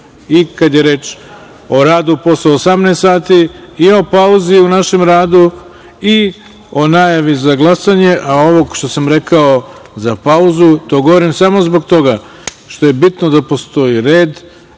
i kada je reč o radu posle 18.00 sati i o pauzi u našem radu i o najavi za glasanje. Ovo što sam rekao za pauzu, to govorim samo zbog toga što je bitno da postoji red.